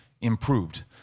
improved